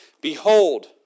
behold